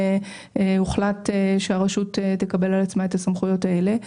הוחלט שהרשות תקבל על עצמה את הסמכויות האלה.